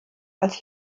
als